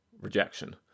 Rejection